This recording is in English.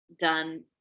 done